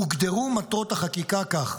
הוגדרו מטרות החקיקה כך: